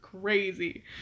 crazy